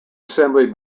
assembly